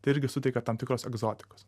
tai irgi suteikia tam tikros egzotikos